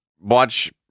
watch